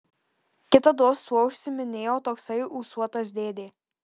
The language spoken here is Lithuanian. kitados tuo užsiiminėjo toksai ūsuotas dėdė